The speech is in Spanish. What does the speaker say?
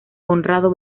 conrado